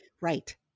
Right